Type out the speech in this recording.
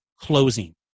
closing